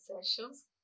sessions